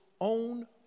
own